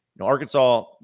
Arkansas